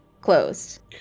closed